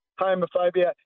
homophobia